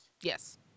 Yes